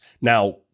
Now